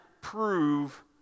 prove